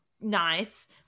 nice